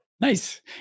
nice